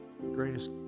Greatest